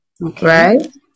Right